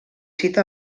cita